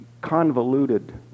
convoluted